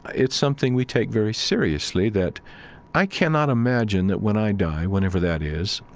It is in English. it's something we take very seriously that i cannot imagine that when i die, whenever that is,